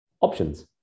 options